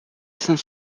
cinq